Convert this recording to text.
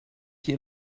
hier